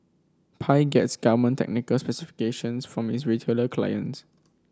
pie gets garment technical specifications from is retailer clients